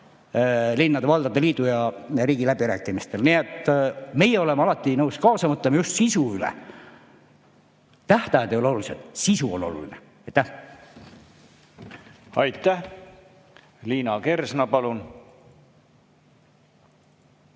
linnade-valdade liidu ja riigi läbirääkimistel. Meie oleme alati nõus kaasa mõtlema just sisu üle. Tähtajad ei ole olulised, sisu on oluline. Aitäh! Aitäh! Liina Kersna, palun!